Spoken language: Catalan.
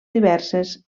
diverses